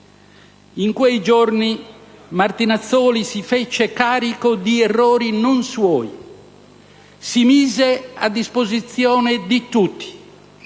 In quei giorni Martinazzoli si fece carico di errori non suoi, si mise a disposizione di tutti,